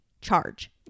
charge